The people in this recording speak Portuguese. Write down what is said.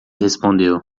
respondeu